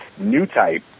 Newtype